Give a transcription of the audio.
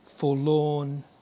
forlorn